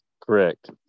Correct